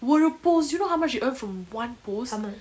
முழு:mulu post you know how merch they earn from one post